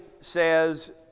says